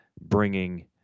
bringing